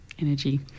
energy